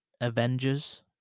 Avengers